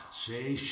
say